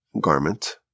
garment